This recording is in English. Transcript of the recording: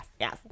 yes